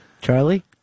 Charlie